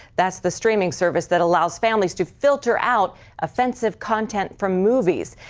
that's the streaming service that allows families to filter out offensive content from movies.